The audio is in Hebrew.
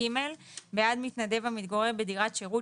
בעד מתנדב המתגורר בדירת שירות,